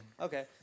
Okay